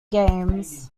games